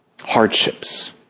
Hardships